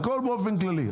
הכול באופן כללי.